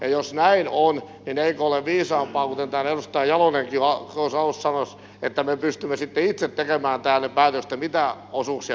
jos näin on niin eikö ole viisaampaa kuten täällä edustaja jalonenkin tuossa alussa sanoi että me pystymme sitten itse tekemään täällä ne päätökset mitä osuuksia me rahoitamme